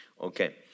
Okay